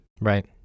Right